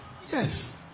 Yes